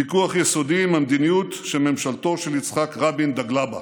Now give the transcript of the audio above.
ויכוח יסודי עם המדיניות שממשלתו של יצחק רבין דגלה בה.